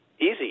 easy